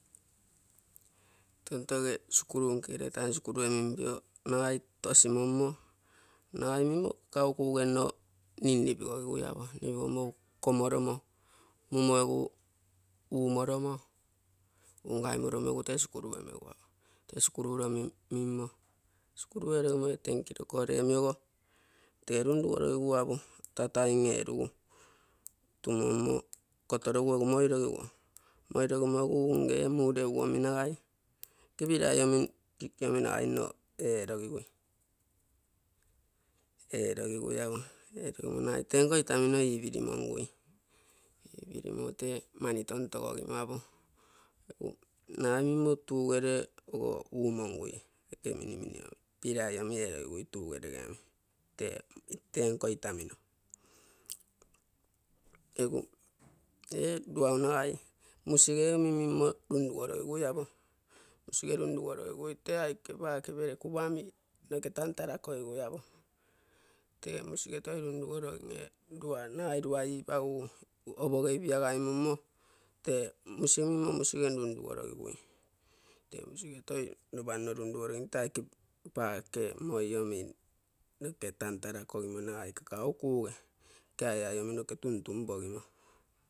Tenteghe skulu nkile hata nskuru enimbiwa, noai toasimuma, namumuhimu wakukaoko ugweno ni mwimwi wawiyaba nighweno komoroma. Mumagu umoroma, ungaimorome hutaishkuru memewa, utaishkuru ulami mma, shkuru wali yote mkipokelemiwa, telumbi waleiwae kataieluwe, tumemma kataro wagomwaleiwe, ni hata kama ungemudi angeminai, tubilaye ikeminaino atagigule, atagigule tiege itangme ividi mangue, ibidi muke mane ntantoga imabo, naima tuuele umwangi ekemi nimwenyewe, bila yenyewe wetu iulewi ghapi, kenko itamino, dwa inwai, msilewe mimi nime mgoreguyabho, mswigero nimewarolweitia kiba kiba kubamini, mkatantarakoi oyabho, ke mswigetai noruwe worwa nwe mudwano aduaibao, obhogaibi ya nomo, dwe msiume msi wenundu woraiwe, te wisu witei nobano rondololoitaki pake, moyo mini mwite tantalakoimunae kakaokue, kaya emino katuntu mboiyo.